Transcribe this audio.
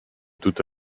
toute